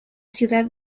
ciudad